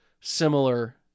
similar